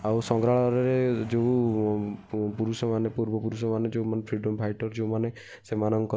ଆଉ ସଂଗ୍ରହାଳୟରେ ଯେଉଁ ପୁରୁଷ ମାନେ ପୂର୍ବପୁରୁଷ ମାନେ ଯେଉଁମାନେ ଫ୍ରିଡ଼ମ୍ ଫାଇଟର୍ ଯେଉଁମାନେ ସେମାନଙ୍କର